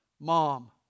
mom